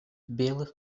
белых